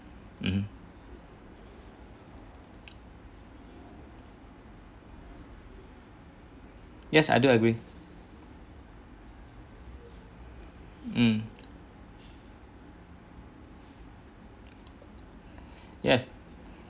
mm yes I do agree mm yes